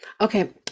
Okay